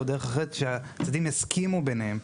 או דרך אחרת שהצדדים הסכימו ביניהם.